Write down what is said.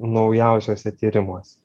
naujausiuose tyrimuose